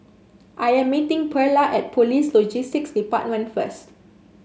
I am meeting Pearla at Police Logistics Department first